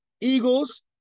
Eagles